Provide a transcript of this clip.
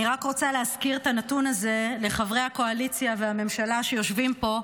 אני רק רוצה להזכיר את הנתון הזה לחברי הקואליציה והממשלה שיושבים פה,